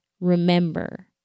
remember